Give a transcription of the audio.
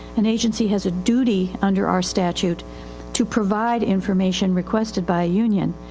an agency has a duty under our statute to provide information requested by a union.